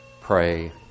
pray